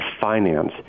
finance